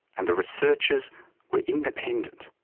and the researchers were independent.